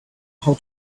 how